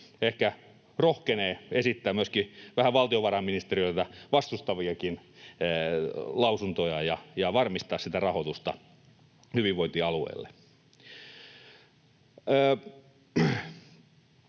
rohkenee esittää vähän valtiovarainministeriötä vastustaviakin lausuntoja ja varmistaa sitä rahoitusta hyvinvointialueille.